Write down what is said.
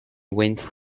went